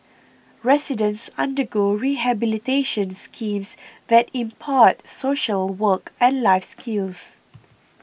residents undergo rehabilitation schemes that impart social work and life skills